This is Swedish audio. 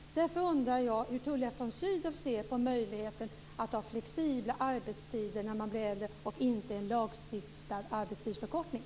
Därför undrar jag hur Tullia von Sydow ser på möjligheten att ha flexibla arbetstider när man blir äldre och inte en lagstiftad arbetstidsförkortning.